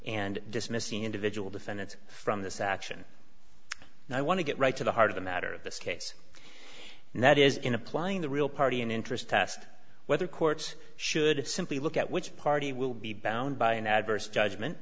and dismiss the individual defendants from this action and i want to get right to the heart of the matter this case and that is in applying the real party in interest test whether courts should simply look at which party will be bound by an adverse judgment